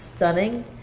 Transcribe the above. stunning